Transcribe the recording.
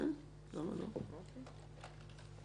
משרד האוצר לא מעורב בזה?